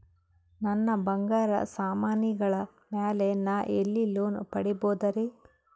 ನನ್ನ ಬಂಗಾರ ಸಾಮಾನಿಗಳ ಮ್ಯಾಲೆ ನಾ ಎಲ್ಲಿ ಲೋನ್ ಪಡಿಬೋದರಿ?